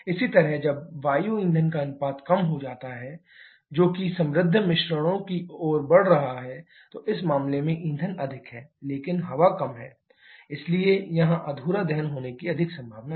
इसी तरह जब वायु ईंधन का अनुपात कम हो जाता है जो कि समृद्ध मिश्रणों की ओर बढ़ रहा है तो इस मामले में ईंधन अधिक है लेकिन हवा कम है इसलिए यहां अधूरा दहन होने की अधिक संभावना है